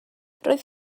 roedd